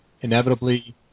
inevitably